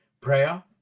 prayer